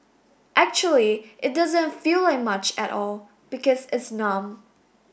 actually it doesn't feel like much at all because it's numb